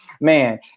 man